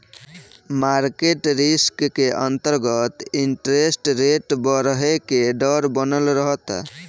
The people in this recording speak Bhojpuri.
मारकेट रिस्क के अंतरगत इंटरेस्ट रेट बरहे के डर बनल रहता